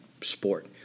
sport